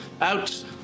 Out